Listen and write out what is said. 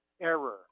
error